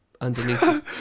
underneath